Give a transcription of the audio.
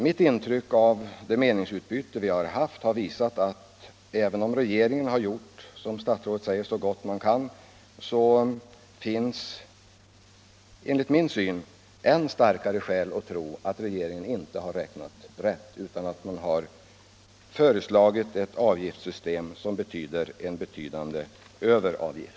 Mitt intryck av dagens meningsutbyte är att det — även om regeringen har gjort, som statsrådet uttryckte saken, så gott man kan — finns mycket starka skäl för att tro att regeringen inte har räknat rätt. Man har föreslagit ett avgiftssystem som medför en betydande överavgift.